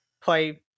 play